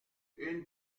une